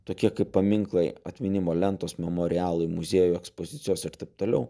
tokie kaip paminklai atminimo lentos memorialai muziejų ekspozicijos ir taip toliau